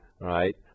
right